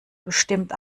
bestimmt